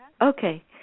Okay